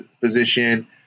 position